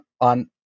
on